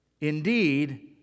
indeed